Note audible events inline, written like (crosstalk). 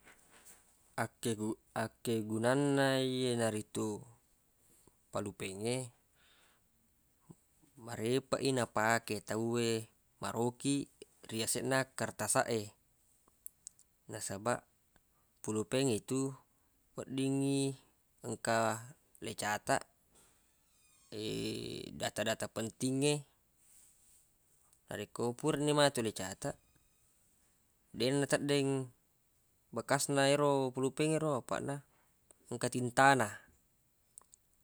Akkegu- akkegunanna yenaritu palupengnge marepeq i napake tawwe marokiq ri yaseq na kertasaq e nasabaq polupengnge tu weddingngi engka le cataq (noise) (hesitation) data-data pentingnge narekko purani matu le cataq (noise) deq nateddeng bekas na yero pulupengngero apaq na engka tinta na.